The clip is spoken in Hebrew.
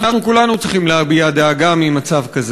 אנחנו כולנו צריכים להביע דאגה ממצב כזה.